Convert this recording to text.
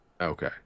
okay